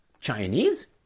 Chinese